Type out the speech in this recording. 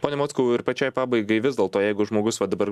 pone mockau ir pačiai pabaigai vis dėlto jeigu žmogus va dabar